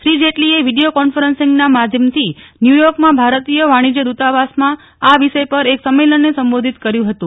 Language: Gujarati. શ્રી જેટલીએ વિડીયો કોન્ફરન્સીંગના માધ્યમથી ન્યુયોર્કમાં ભારતીય વાણીજ્ય દુતાવાસમાં આ વિષય પર એક સંમેલનને સંબોધીત કર્યું હતું